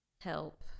help